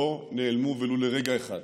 לא נעלמו ולו לרגע אחד,